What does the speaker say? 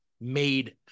made